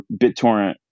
BitTorrent